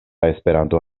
esperanto